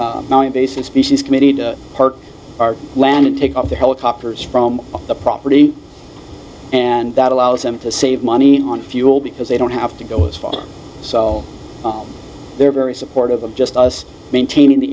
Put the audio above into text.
them based in species committee to park our land and take off the helicopters from the property and that allows them to save money on fuel because they don't have to go this far so they're very supportive of just us maintaining the